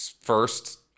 first